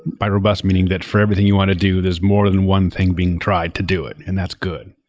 by robust, meaning that for everything you want to do, there's more than one thing being tried to do it, and that's good.